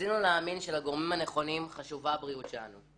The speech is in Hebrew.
רצינו להאמין שלגורמים הנכונים חשובה הבריאות שלנו,